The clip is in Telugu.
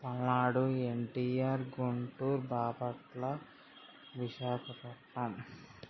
పల్నాడు ఎన్టిఆర్ గుంటూరు బాపట్ల విశాఖపట్నం